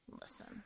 Listen